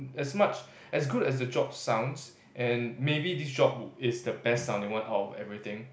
as much as good as the job sounds and maybe this job is the best sounding one out of everything